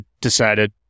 decided